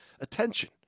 attention